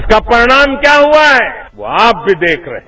इसका परिणाम क्या हुआ है वो आप भी देख रहे हैं